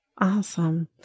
Awesome